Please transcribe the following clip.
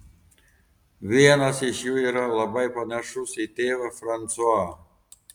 vienas iš jų yra labai panašus į tėvą fransuą